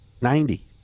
ninety